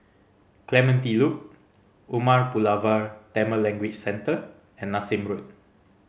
Clementi Loop Umar Pulavar Tamil Language Centre and Nassim Road